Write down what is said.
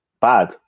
bad